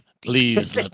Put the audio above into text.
Please